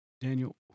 Daniel